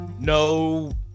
no